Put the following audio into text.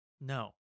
no